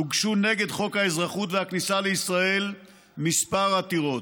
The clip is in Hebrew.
הוגשו נגד חוק האזרחות והכניסה לישראל כמה עתירות.